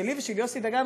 שלי ושל יוסי דגן,